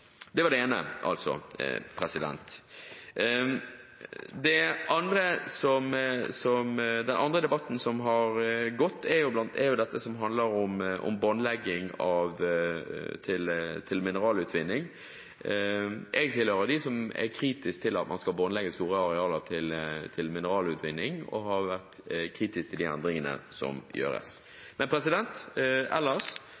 Det var det ene. Den andre debatten som har gått, er den som handler om båndlegging til mineralutvinning. Jeg tilhører dem som er kritiske til at man skal båndlegge store arealer til mineralutvinning og har vært kritiske til de endringene som